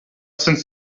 since